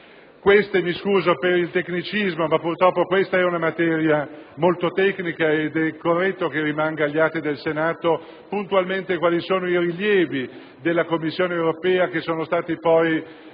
Mi scuso per il tecnicismo, ma purtroppo questa è una materia molto tecnica ed è corretto che rimangano puntualmente agli atti del Senato quali sono i rilievi della Commissione europea, che sono stati poi